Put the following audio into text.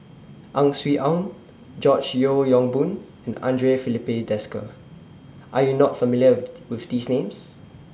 Ang Swee Aun George Yeo Yong Boon and Andre Filipe Desker Are YOU not familiar with These Names